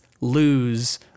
lose